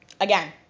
again